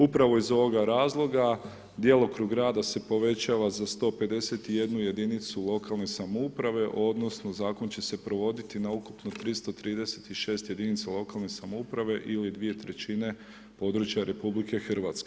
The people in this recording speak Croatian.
Upravo iz ovoga razloga, djelokrug rada se povećava za 151 jedinicu lokalne samouprave odnosno Zakon će se provoditi na ukupno 336 jedinica lokalne samouprave ili 2/3 područja RH.